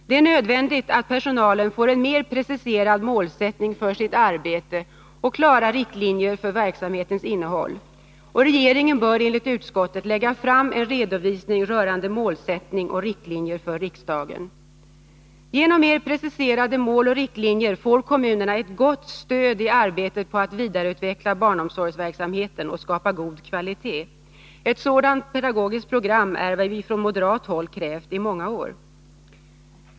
Det är nödvändigt att personalen får en mer preciserad målsättning för sitt arbete och klara riktlinjer för verksamhetens innehåll. Regeringen bör enligt utskottet lägga fram en redovisning rörande målsättning och riktlinjer för riksdagen. Genom mer preciserade mål och riktlinjer får kommunerna ett gott stöd i arbetet med att vidareutveckla barnomsorgsverksamheten och att skapa god kvalitet. Ett sådant pedagogiskt program är vad vi från moderat håll krävt i många år.